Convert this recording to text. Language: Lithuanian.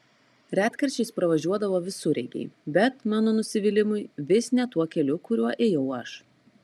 retkarčiais pravažiuodavo visureigiai bet mano nusivylimui vis ne tuo keliu kuriuo ėjau aš